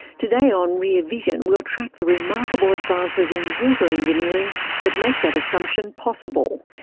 today on rear vision we'll track the remarkable advances in water engineering that make that assumption possible,